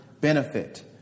benefit